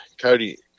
Cody